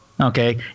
okay